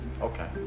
Okay